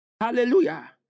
Hallelujah